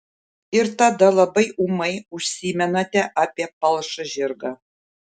ir tada labai ūmai užsimenate apie palšą žirgą